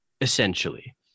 essentially